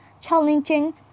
challenging